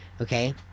Okay